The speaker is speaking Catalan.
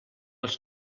els